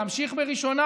להמשיך בראשונה,